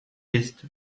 ist